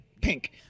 Pink